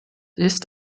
ist